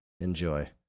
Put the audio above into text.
enjoy